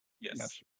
Yes